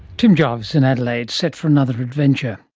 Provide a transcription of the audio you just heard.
tim jarvis in adelaide, set for another adventure